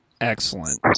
Excellent